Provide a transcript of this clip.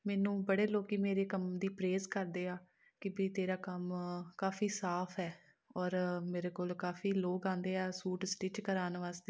ਮੈਨੂੰ ਬੜੇ ਲੋਕ ਮੇਰੇ ਕੰਮ ਦੀ ਪਰੇਜ਼ ਕਰਦੇ ਆ ਕਿ ਬੀ ਤੇਰਾ ਕੰਮ ਕਾਫ਼ੀ ਸਾਫ਼ ਹੈ ਔਰ ਮੇਰੇ ਕੋਲ ਕਾਫ਼ੀ ਲੋਕ ਆਉਂਦੇ ਆ ਸੂਟ ਸਟਿੱਚ ਕਰਾਣ ਵਾਸਤੇ